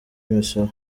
imisoro